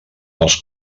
els